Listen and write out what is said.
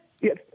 Yes